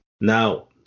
Now